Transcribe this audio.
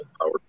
power